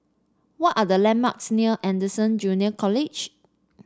what are the landmarks near Anderson Junior College